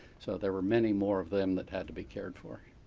so, there were many more of them that had to be cared for.